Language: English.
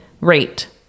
rate